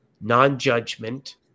non-judgment